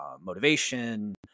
motivation